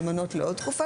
למנות לעוד תקופה,